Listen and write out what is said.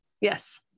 Yes